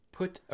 put